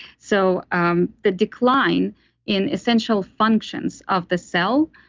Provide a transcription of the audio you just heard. so, um the decline in essential functions of the cell,